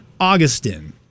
Augustin